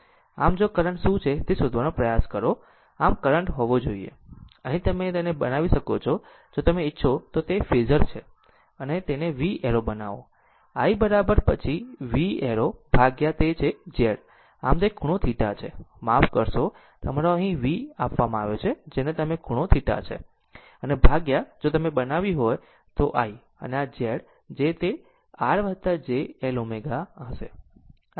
આમ અને જો કરંટ શું છે તે શોધવાનો પ્રયાસ કરો આમ કરંટ હોવો જોઈએ અહીં તમે તેને બનાવી શકો છો જો તમે ઇચ્છો તો તે તમારો ફેઝર છે આમ તેને V એરો બનાવો i પછી આ એક V એરો ભાગ્યા તે છે કે Z આમ તે ખૂણો θ છે માફ કરશો આ તમારો V અહીં આપવામાં આવે છે જેને તમે ખૂણો θ છે અને ભાગ્યા જો તમે આ બનાવ્યું હોય તો i આ Z તે R j L ω હશે